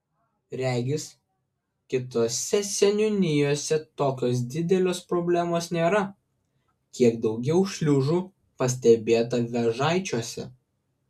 regis kitose seniūnijose tokios didelės problemos nėra kiek daugiau šliužų pastebėta vėžaičiuose